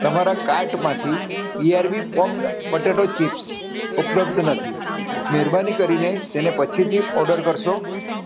તમારા કાર્ટમાંથી BRB popped potato chips ઉપલબ્ધ નથી મહેરબાની કરીને તેને પછીથી ઓર્ડર કરશો